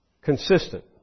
consistent